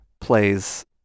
plays